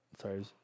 Sorry